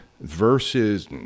versus